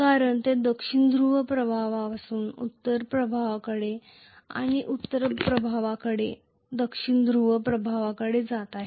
कारण ते दक्षिण ध्रुव प्रभावापासून उत्तर ध्रुव प्रभावाकडे आणि उत्तर ध्रुव प्रभावापासून दक्षिण ध्रुव प्रभावाकडे जात आहे